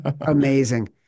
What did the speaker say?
amazing